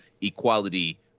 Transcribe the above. equality